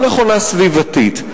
גם נכונה סביבתית,